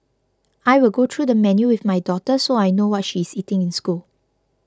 I will go through the menu with my daughter so I know what she is eating in school